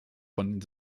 von